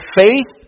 faith